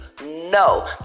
No